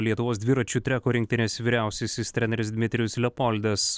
lietuvos dviračių treko rinktinės vyriausiasis treneris dmitrijus leopoldas